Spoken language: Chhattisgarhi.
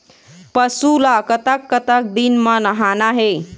पशु ला कतक कतक दिन म नहाना हे?